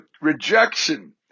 rejection